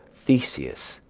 theseus.